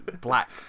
Black